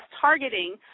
targeting